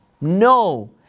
no